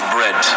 Bread